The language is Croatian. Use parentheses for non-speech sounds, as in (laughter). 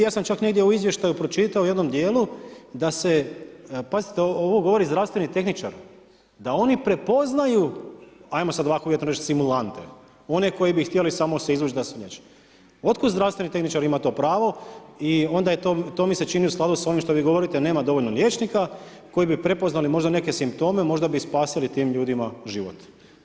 Ja sam čak negdje u izvještaju pročitao, u jednom dijelu, pazite ovo govori zdravstveni tehničar, da oni prepoznaju, ajmo sad ovako uvjetno reći simulante, oni koji bi htjeli samo se izvući … (unintelligible) Od kud zdravstveni tehničar ima to pravo i onda to mi se čini u skladu s onim što vi govorite, nema dovoljno liječnika, koji bi prepoznali možda neke simptome, možda bi spasili tim ljudima život.